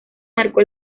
marcó